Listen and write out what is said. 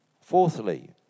Fourthly